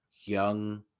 young